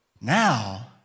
Now